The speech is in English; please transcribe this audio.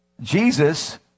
Jesus